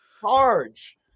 charge